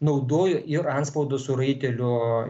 naudojo ir antspaudą su raitelio